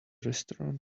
restaurant